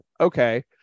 Okay